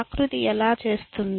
ప్రకృతి ఎలా చేస్తుంది